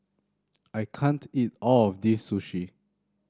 I can't eat all of this Sushi